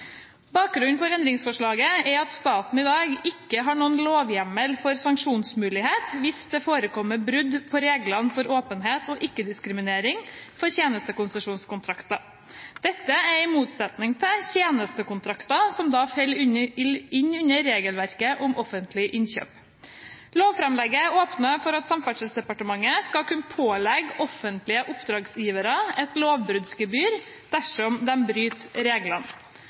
Bakgrunnen for endringsforslaget er at staten i dag ikke har noen lovhjemmel for sanksjonsmulighet hvis det forekommer brudd på reglene for åpenhet og ikke-diskriminering for tjenestekonsesjonskontrakter. Dette er i motsetning til tjenestekontrakter som faller inn under regelverket om offentlige innkjøp. Lovframlegget åpner for at Samferdselsdepartementet skal kunne pålegge offentlige oppdragsgivere et lovbruddsgebyr dersom de bryter reglene.